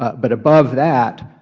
but above that,